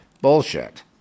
bullshit